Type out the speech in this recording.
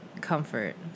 comfort